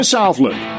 Southland